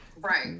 right